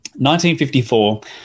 1954